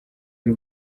y’u